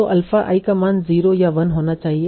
तो alpha i का मान 0 या 1 होना चाहिए